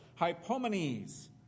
Hypomenes